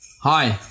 Hi